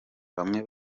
bamwe